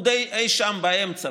הוא די אי שם באמצע,